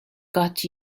got